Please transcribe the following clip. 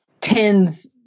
tens